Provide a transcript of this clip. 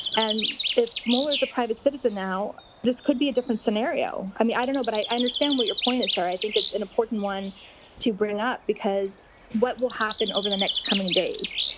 and if mueller's a private citizen now, this could be a different scenario. i mean i don't know, but i understand what your point is, sarah. i think it's an important one to bring up, because what will happen over the next coming days?